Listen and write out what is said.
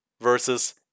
versus